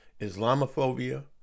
Islamophobia